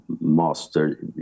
master